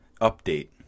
Update